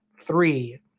three